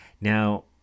now